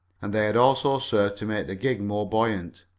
and they had also served to make the gig more buoyant.